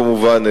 כמובן,